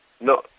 No